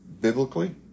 Biblically